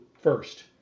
first